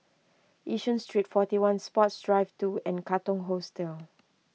Yishun Street forty one Sports Drive two and Katong Hostel